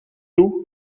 toe